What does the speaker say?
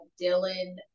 Dylan